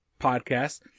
podcast